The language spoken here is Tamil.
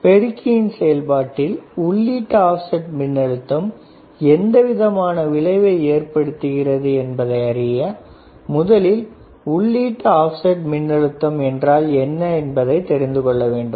பெருக்கியின் செயல்பாட்டில் உள்ளீட்டு ஆப்செட் மின்னழுத்தம் எந்தவிதமான விளைவை ஏற்படுத்துகிறது என்பதை அறிய முதலில் உள்ளீட்டு ஆப்செட் மின்னழுத்தம் என்றால் என்ன என்பதை தெரிந்து கொள்ள வேண்டும்